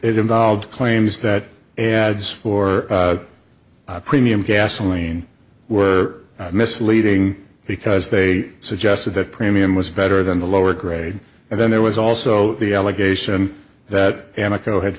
it involved claims that an ad for premium gasoline were misleading because they suggested that premium was better than the lower grade and then there was also the allegation that